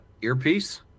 earpiece